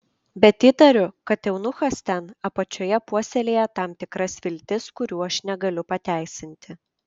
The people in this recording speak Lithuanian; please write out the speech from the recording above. bet įtariu kad eunuchas ten apačioje puoselėja tam tikras viltis kurių aš negaliu pateisinti